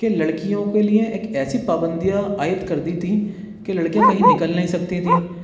کہ لڑکیوں کے لئے ایک ایسی پابندیاں عائد کر دی تھیں کہ لڑکیاں کہیں نکل نہیں سکتی تھیں